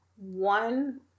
One